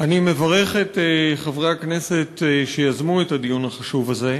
אני מברך את חברי הכנסת שיזמו את הדיון החשוב הזה.